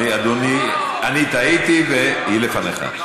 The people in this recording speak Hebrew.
אדוני, אני טעיתי, והיא לפניך.